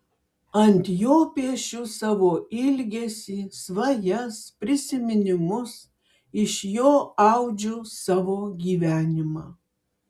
ant jo piešiu savo ilgesį svajas prisiminimus iš jo audžiu savo gyvenimą